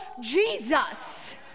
Jesus